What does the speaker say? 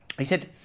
he said,